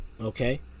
Okay